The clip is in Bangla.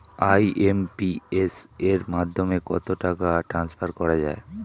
আই.এম.পি.এস এর মাধ্যমে কত টাকা ট্রান্সফার করা যায়?